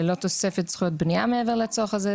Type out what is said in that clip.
ללא תוספת זכויות בנייה מעבר לצורך הזה.